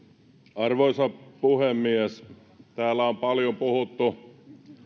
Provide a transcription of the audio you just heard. arvoisa puhemies täällä on paljon puhuttu